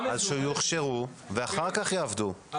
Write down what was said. אז שיוכשרו ואחר כך יעבדו,